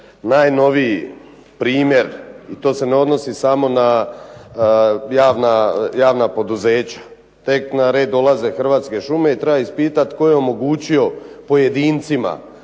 Najnoviji primjer i to se ne odnosi samo na javna poduzeća, tek na red dolaze Hrvatske šume i treba ispitat tko je omogućio pojedincima